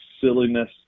silliness